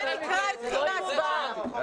זה נקרא התחילה ההצבעה.